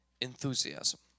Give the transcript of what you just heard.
enthusiasm